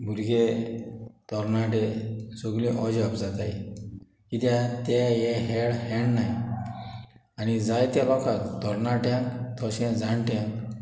भुरगे तोरणाटे सोगले ओजाप जाताय कित्या ते हे हेळ हेळनाय आनी जायत्या लोकाक तोरणाट्यांक तोशें जाणट्यांक